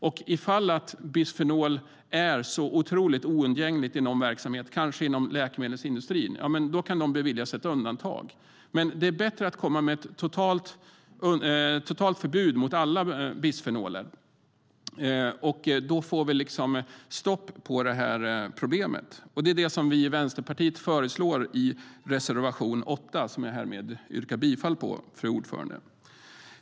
Och ifall bisfenol är otroligt oundgängligt i någon verksamhet, kanske inom läkemedelsindustrin, kan ett undantag beviljas. Men det är bättre att komma med ett totalt förbud mot alla bisfenoler. Då får vi stopp på problemet. Fru talman! Det föreslår Vänsterpartiet i reservation 8, som jag härmed yrkar bifall till.